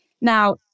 Now